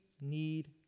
need